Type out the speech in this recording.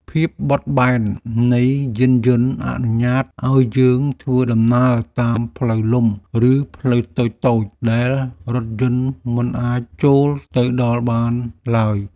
ភាពបត់បែននៃយានយន្តអនុញ្ញាតឱ្យយើងធ្វើដំណើរតាមផ្លូវលំឬផ្លូវតូចៗដែលរថយន្តមិនអាចចូលទៅដល់បានឡើយ។